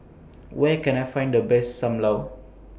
Where Can I Find The Best SAM Lau